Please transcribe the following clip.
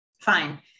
fine